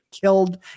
killed